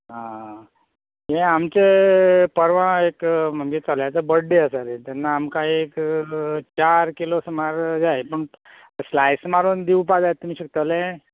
आं हे आमचे परवां एक म्हजे चल्याचो बड्डे आसा रे तेन्ना आमकां एक चार किलो सुमार जाय पूण स्लाय्स मारून दिवपा जाय तुमी शकतले